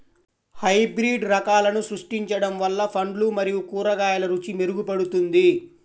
hybrid రకాలను సృష్టించడం వల్ల పండ్లు మరియు కూరగాయల రుచి మెరుగుపడుతుంది